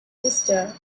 sister